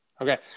okay